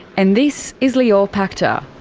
and this is lior pachter.